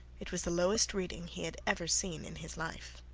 it was the lowest reading he had ever seen in his life.